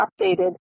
updated